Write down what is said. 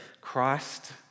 Christ